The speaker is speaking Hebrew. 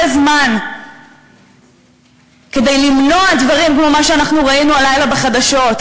זמן כדי למנוע דברים כמו מה שאנחנו ראינו הלילה בחדשות,